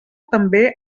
també